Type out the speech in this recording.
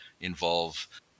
involve